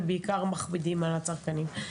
ובעיקר כאלה שמכבידים על הצרכנים.